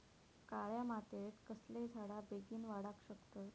काळ्या मातयेत कसले झाडा बेगीन वाडाक शकतत?